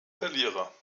verlierer